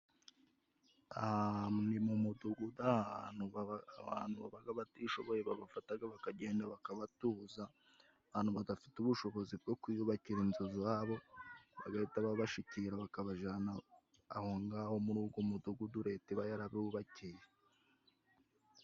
Mu mudugudu, ahantu abantu babaga batishoboye babafataga bakagenda bakabatuza, abantu badafite ubushobozi bwo kwiyubakira inzu zabo, bagahita babashikira, bakabajana aho ngaho muri ugo mudugudu leta iba yarabubakiye.